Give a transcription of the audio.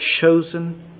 chosen